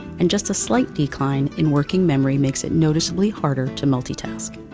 and just a slight decline in working memory makes it noticeably harder to multitask.